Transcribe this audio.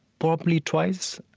probably, twice.